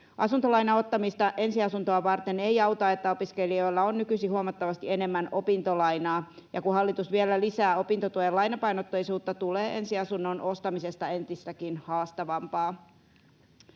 Asuntolainan ottamista ensiasuntoa varten ei auta, että opiskelijoilla on nykyisin huomattavasti enemmän opintolainaa. Ja kun hallitus vielä lisää opintotuen lainapainotteisuutta, tulee ensiasunnon ostamisesta entistäkin haastavampaa.